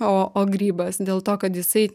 o o grybas dėl to kad jisai